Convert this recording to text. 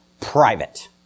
private